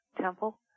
Temple